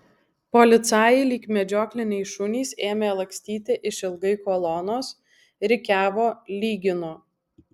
policajai lyg medžiokliniai šunys ėmė lakstyti išilgai kolonos rikiavo lygino